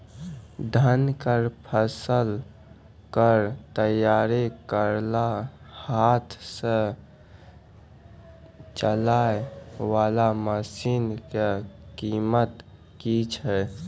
धान कऽ फसल कऽ तैयारी करेला हाथ सऽ चलाय वाला मसीन कऽ कीमत की छै?